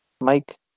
Mike